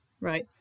right